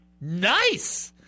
Nice